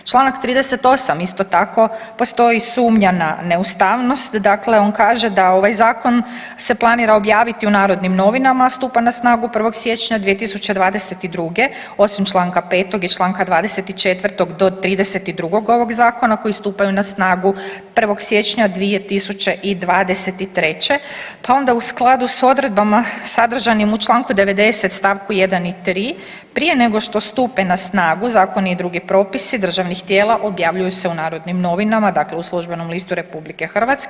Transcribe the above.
Čl. 38., isto tako postoji sumnja na neustavnost, dakle on kaže da ovaj zakon se planira objaviti u Narodnim novinama, a stupa na snagu 1. siječnja 2022., osim čl. 5. i čl. 24. do 32. ovog zakona koji stupaju na snagu 1. siječnja 2023., pa onda u skladu s odredbama sadržanim u čl. 90. st. 1. i 3. prije nego što stupe na snagu zakoni i drugi propisi državnih tijela objavljuju se u Narodnim novinama, dakle u Službenom listu RH.